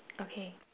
okay